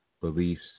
beliefs